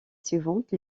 suivante